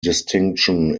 distinction